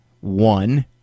one